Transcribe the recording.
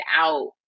out